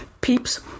peeps